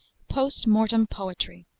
post-mortem poetry